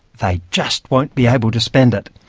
they just won't be able to spend it.